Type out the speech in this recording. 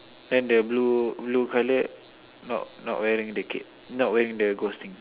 then the blue blue coloured not not wearing the cape not wearing the ghost thing